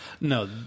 No